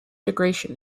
degradation